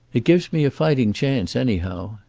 it gives me a fighting chance, anyhow.